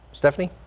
stephanie.